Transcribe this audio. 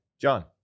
John